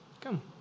Come